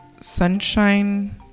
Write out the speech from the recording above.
Sunshine